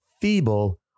feeble